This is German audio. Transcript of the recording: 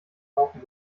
haufen